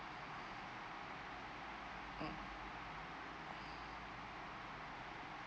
mm